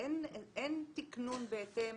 אין תיקנון בהתאם